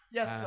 Yes